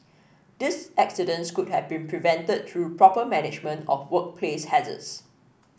these accidents could have been prevented through proper management of workplace hazards